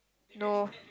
no